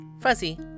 fuzzy